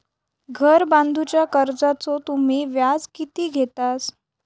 घर बांधूच्या कर्जाचो तुम्ही व्याज किती घेतास?